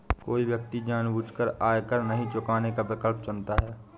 कोई व्यक्ति जानबूझकर आयकर नहीं चुकाने का विकल्प चुनता है